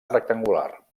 rectangular